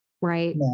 Right